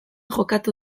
jokatu